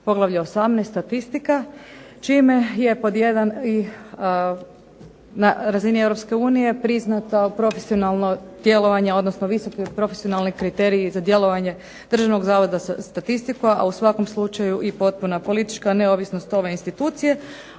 poglavlje 18.-Statistika čime je pod jedan i na razini Europske unije priznato profesionalno djelovanje, odnosno visoki profesionalni kriteriji za djelovanje Državnog zavoda za statistiku, a u svakom slučaju i potpuna politička neovisnost ove institucije.